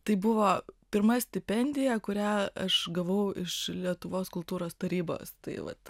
tai buvo pirma stipendija kurią aš gavau iš lietuvos kultūros tarybos tai vat